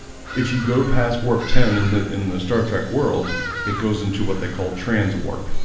if you go past warp ten in the in the star trek world it goes into what they call transwarp